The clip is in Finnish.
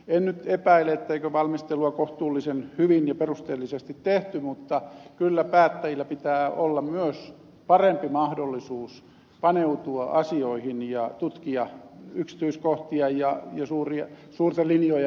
en nyt epäile ettei valmistelua kohtuullisen hyvin ja perusteellisesti tehty mutta kyllä päättäjillä pitää olla myös parempi mahdollisuus paneutua asioihin ja tutkia yksityiskohtia suurten linjojen ohella